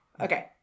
Okay